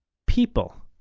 people.